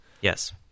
Yes